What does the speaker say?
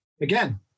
again